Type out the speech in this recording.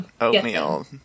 oatmeal